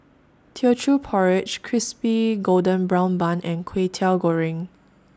Teochew Porridge Crispy Golden Brown Bun and Kway Teow Goreng